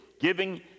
giving